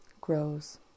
grows